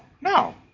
no